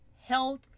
health